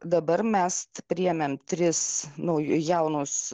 dabar mes priėmėm tris nauj jaunus